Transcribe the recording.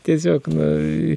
tiesiog nu